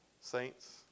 Saints